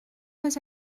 was